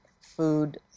food